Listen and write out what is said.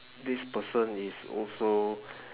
this person is also